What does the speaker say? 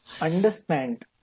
understand